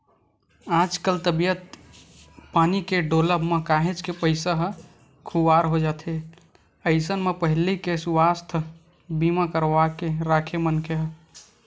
आजकल तबीयत पानी के डोलब म काहेच के पइसा ह खुवार हो जाथे अइसन म पहिली ले सुवास्थ बीमा करवाके के राखे मनखे ह